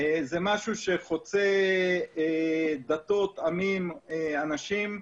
זה משהו שחוצה דתות, עמים, אנשים.